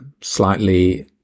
slightly